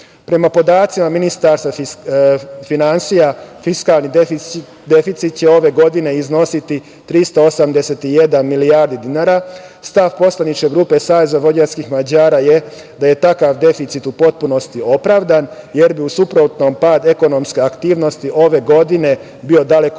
podacima Ministarstva finansija, fiskalni deficit će ove godine iznositi 381 milijardu dinara. Stav poslaničke grupe SVM je da je takav deficit u potpunosti opravdan, jer bi u suprotnom pad ekonomske aktivnosti ove godine bio daleko